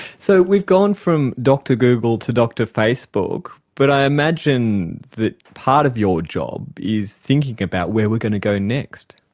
so we've gone from dr google to dr facebook, but i imagine that part of your job is thinking about where we're going to go next.